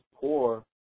poor